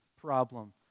problem